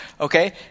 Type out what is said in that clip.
okay